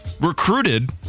recruited